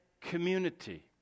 community